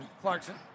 Clarkson